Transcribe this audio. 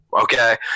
okay